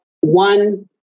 one